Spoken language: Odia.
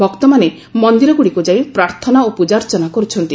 ଭକ୍ତମାନେ ମନ୍ଦିରଗୁଡ଼ିକୁ ଯାଇ ପ୍ରାର୍ଥନା ଓ ପୂଜାର୍ଚ୍ଚନା କରୁଛନ୍ତି